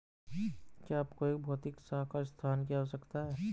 क्या आपको एक भौतिक शाखा स्थान की आवश्यकता है?